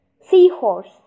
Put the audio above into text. Seahorse